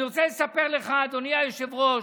אני רוצה לספר לך, אדוני היושב-ראש: